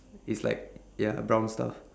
it's like ya brown stuff